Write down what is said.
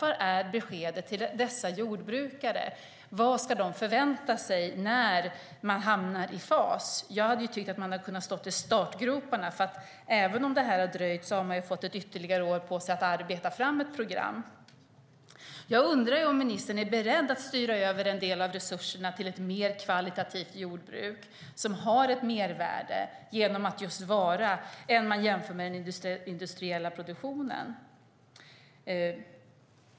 Vilket är beskedet till dessa jordbrukare? Vad ska de vänta sig när man hamnar i fas? Jag tycker att man hade kunnat stå i startgroparna. Även om detta har dröjt har man ju fått ytterligare ett år på sig att arbeta fram ett program. Jag undrar om ministern är beredd att styra över en del av resurserna till ett mer kvalitativt jordbruk som har ett mervärde i förhållande till den industriella produktionen.